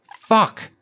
fuck